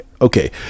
okay